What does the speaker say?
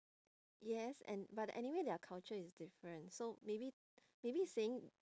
yes and but anyway their culture is different so maybe maybe saying